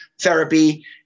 therapy